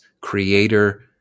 creator